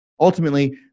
Ultimately